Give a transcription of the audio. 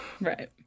right